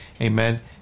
amen